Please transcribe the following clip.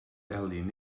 elin